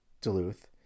Duluth